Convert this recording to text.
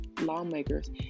lawmakers